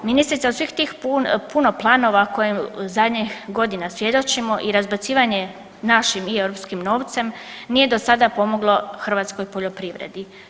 Ministrica od svih tih puno planova kojem zadnjih godina svjedočimo i razbacivanje našim i europskim novcem nije do sada pomoglo hrvatskoj poljoprivredi.